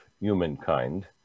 humankind